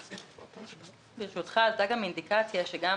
ברשותך, הייתה אינדיקציה שגם